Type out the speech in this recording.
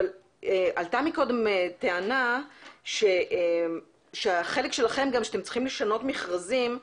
עלתה קודם טענה שהחלק שלכם גם שאתם צריכים לשנות מכרזים,